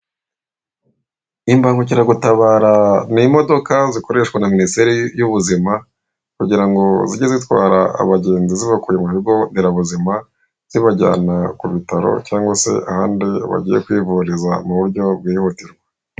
Imbangukiragutabara ni imodoka zikoreshwa na minisiteri y'ubuzima, kugira ngo zijye zitwara abagenzi zibakuye mu bigo ndera buzima, zibajyana ku bitaro cyangwa se ahandi bagiye kwivuriza mu buryo bwihutirwa.